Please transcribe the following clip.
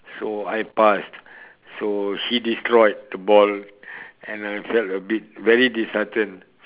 so I passed so he destroyed the ball and I felt a bit very disheartened